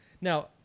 now